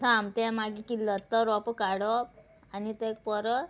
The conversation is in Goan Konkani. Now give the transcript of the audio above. थांब तें मागीर किल्लता तो रोंपो काडप आनी तें परत